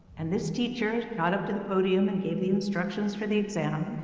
and this teacher got up to the podium and gave the instructions for the exam.